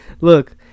Look